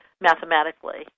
mathematically